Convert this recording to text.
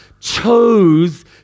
chose